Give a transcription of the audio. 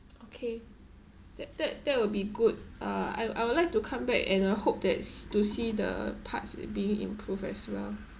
okay that that that will be good uh I I would like to come back and I hope that's to see the parts being improved as well